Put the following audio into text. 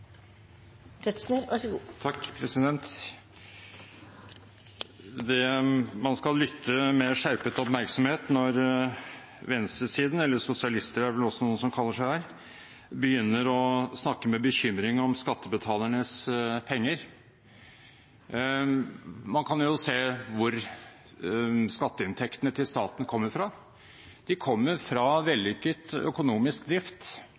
Man skal lytte med skjerpet oppmerksomhet når venstresiden, eller sosialister, som vel også noen kaller seg der, begynner å snakke med bekymring om skattebetalernes penger. Man kan jo se hvor skatteinntektene til staten kommer fra. De kommer fra vellykket økonomisk drift,